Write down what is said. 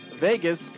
Vegas